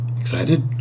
excited